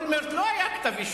נגד אולמרט לא היה כתב-אישום,